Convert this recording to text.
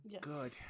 Good